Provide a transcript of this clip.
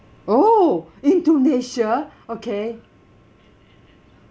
oh indonesia okay